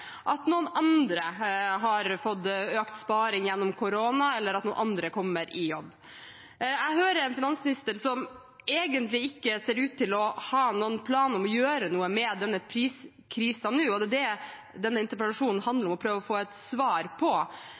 at noen andre har fått økt sparing gjennom korona, eller at noen andre kommer i jobb. Jeg hører en finansminister som egentlig ikke ser ut til å ha noen plan om å gjøre noe med denne priskrisen nå, og det er det denne interpellasjonen handler om å prøve å få et svar på.